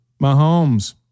Mahomes